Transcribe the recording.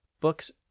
Books